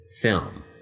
film